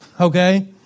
Okay